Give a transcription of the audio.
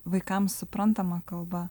vaikams suprantama kalba